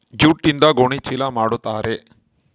ಜೂಟ್ಯಿಂದ ಗೋಣಿ ಚೀಲ ಮಾಡುತಾರೆ